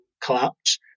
collapse